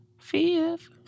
fifth